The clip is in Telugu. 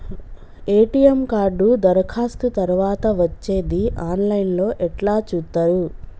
ఎ.టి.ఎమ్ కార్డు దరఖాస్తు తరువాత వచ్చేది ఆన్ లైన్ లో ఎట్ల చూత్తరు?